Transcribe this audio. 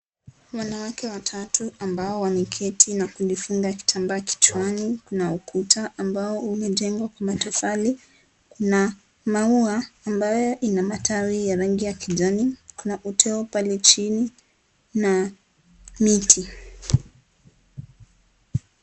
Wanawake watatu ambao wameketi na kulifunga kitambaa kichwani. Kuna ukuta ambao umejengwa kwa matofali. Kuna maua ambayo ina matawi ya rangi ya kijani, kuna uteo pale chini na miti.